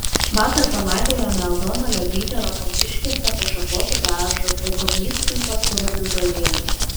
vakar palaidojome aldoną liobytę rokantiškėse po šakotu beržu prie koplytstulpio su rūpintojėliu